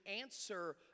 answer